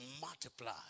multiply